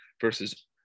versus